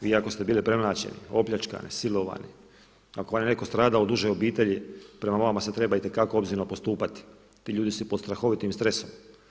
Vi ako ste bili premlaćeni, opljačkani, silovani, ako vam je netko stradao od uže obitelji, prema vama se treba itekako obzirno postupati, ti ljudi su pod strahovitim stresom.